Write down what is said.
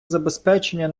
забезпечення